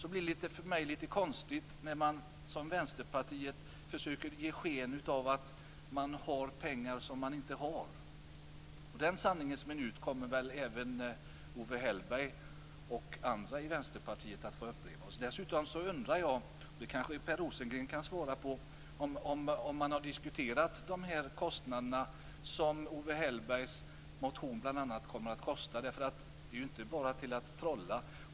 Det blir för mig lite konstigt när man, som Vänsterpartiet, försöker ge sken av att man har pengar som man inte har. En sanningens minut kommer väl även Owe Hellberg och andra i Vänsterpartiet att få uppleva. Dessutom undrar jag - det kanske Per Rosengren kan svara på - om man har diskuterat de kostnader som Owe Hellbergs motion kommer att innebära. Det är ju inte bara att trolla.